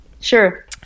sure